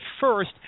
first